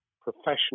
professional